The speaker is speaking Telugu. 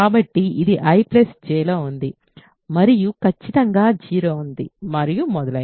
కాబట్టి ఇది I J లో ఉంది మరియు ఖచ్చితంగా 0 ఉంది మరియు మొదలైనవి